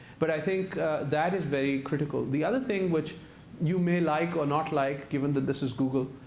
but i think that is very critical. the other thing which you may like or not like, given that this is google,